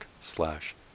slash